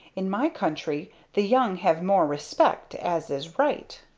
in my country the young have more respect, as is right.